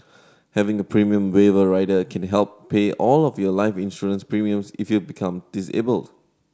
having a premium waiver rider can help pay all of your life insurance premiums if you become disabled